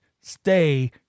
stay